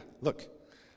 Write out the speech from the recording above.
Look